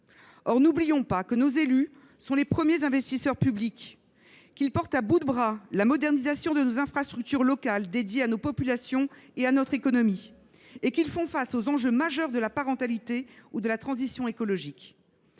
Or n’oublions pas que nos élus sont les premiers investisseurs publics, qu’ils portent à bout de bras la modernisation de nos infrastructures locales, dédiées à nos populations et à notre économie, et qu’ils font face aux enjeux majeurs de la parentalité ou de la transition écologique.